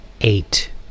eight